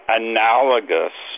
analogous